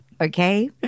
Okay